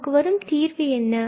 நமக்கு வரும் தீர்வு என்ன